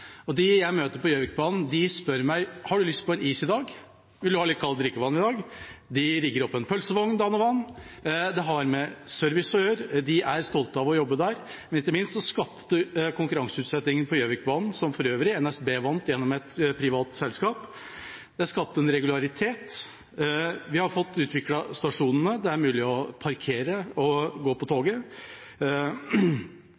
der. De jeg møter på Gjøvikbanen, spør meg: Har du lyst på en is i dag? Vil du ha litt kaldt drikkevann i dag? De rigger opp en pølsevogn dann og vann. Det har med service å gjøre. De er stolte av å jobbe der. Ikke minst skapte konkurranseutsettingen på Gjøvikbanen, som for øvrig NSB vant gjennom et privat selskap, en regularitet. Vi har fått utviklet stasjonene. Det er mulig å parkere og gå på